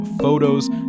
photos